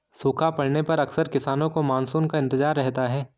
सूखा पड़ने पर अक्सर किसानों को मानसून का इंतजार रहता है